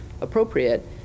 appropriate